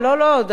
יש כאן סיפור,